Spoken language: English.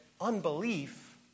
unbelief